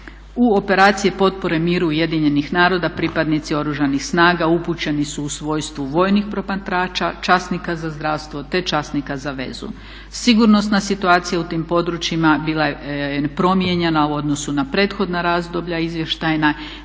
U operaciji potpore miru ujedinjenih naroda pripadnici Oružanih snaga upućeni su u svojstvu vojnih promatrača, časnika za zdravstvo, te časnika za vezu. Sigurnosna situacija u tim područjima bila je nepromijenjena u odnosu na prethodna razdoblja izvještajna,